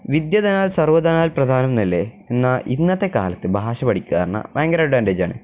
വിദ്യാധനം സര്വധനാല് പ്രധാനം എന്നല്ലേ എന്നാല് ഇന്നത്തെ കാലത്ത് ഭാഷ പഠിക്കുകയെന്നു പറഞ്ഞാല് ഭയങ്കര അഡ്വാന്റേജാണ്